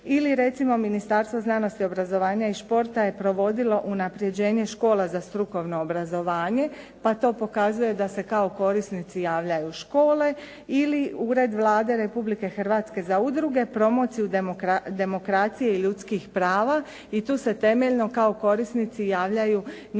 ili recimo Ministarstvo znanosti, obrazovanja i športa je provodilo unapređenje škola za strukovno obrazovanje pa to pokazuje da se kao korisnici javljaju škole ili Ured Vlade Republike Hrvatske za udruge, promociju demokracije ljudskih prava i tu se temeljno kao korisnici javljaju nevladine